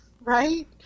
Right